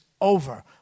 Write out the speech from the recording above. over